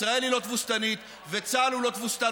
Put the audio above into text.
ישראל היא לא תבוסתנית וצה"ל הוא לא תבוסתן.